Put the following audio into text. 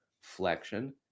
flexion